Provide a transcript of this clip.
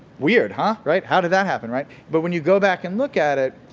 weird, ah right? how did that happen, right? but when you go back and look at it,